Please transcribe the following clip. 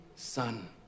Son